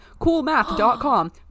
coolmath.com